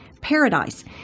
paradise